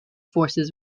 forces